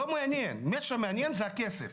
רק איפה יש כסף.